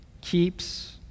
keeps